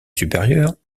supérieures